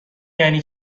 یعنی